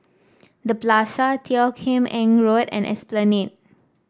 The Plaza Teo Kim Eng Road and Esplanade